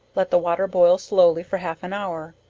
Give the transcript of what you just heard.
let the water boil slowly for half an hour,